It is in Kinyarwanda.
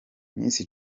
miss